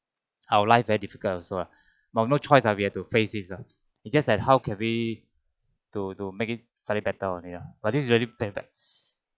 our life very difficult also ah but no choice I've to face this ah it just like how can we to to make it better only but this is really